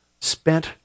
spent